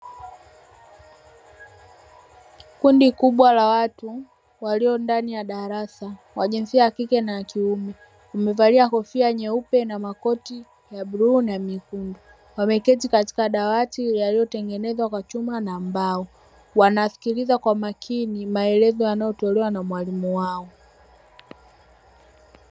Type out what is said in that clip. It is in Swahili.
Kundi kubwa la watu walio ndani ya darasa, wa jinsia ya kike na ya kiume, wamevalia kofia nyeupe na makoti ya rangi ya kahawia, wakiwa wameketi katika madawati yaliyotengenezwa kwa chuma na mbao, wanasikiliza kwa makini maelezo yanayotolewa na mwalimu wao.